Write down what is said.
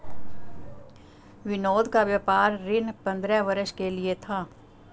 विनोद का व्यापार ऋण पंद्रह वर्ष के लिए था